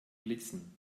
blitzen